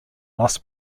lost